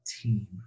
team